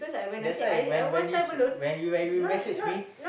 that's why when when you say when you when you message me